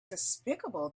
despicable